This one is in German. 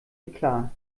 eklat